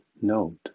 note